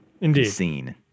Indeed